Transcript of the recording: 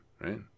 right